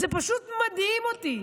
זה פשוט מדהים אותי.